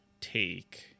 take